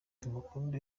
tumukunde